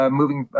moving